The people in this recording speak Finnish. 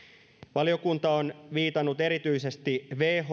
valiokunta on viitannut erityisesti